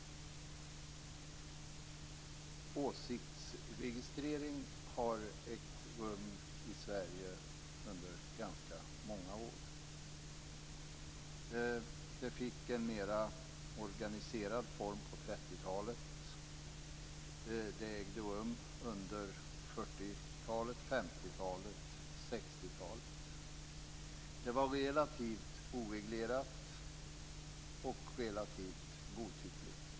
Herr talman! Åsiktsregistrering har ägt rum i Sverige under ganska många år. Det fick en mera organiserad form på 30-talet. Det ägde rum på 40-, 50 och 60-talet. Det var relativt oreglerat och relativt godtyckligt.